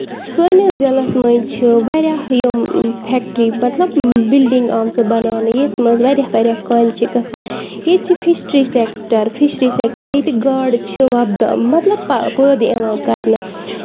سٲنِس ضعلَس منٛز چھِ واریاہ یِم فٮ۪کٹرٛی مطلب واریاہ یِم بِلڈِنگ آمژٕ بَناونہٕ یَتھ منٛز واریاہ واریاہ کامہِ چھِ گژھان ییٚتہِ چھِ فِسٹرٛی سٮ۪کٹر فِشری سٮ۪کٹر ییٚتہِ گاڈٕ چھِ وۄپدا مطلب پہ پٲدٕ یِوان کرنہٕ